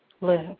live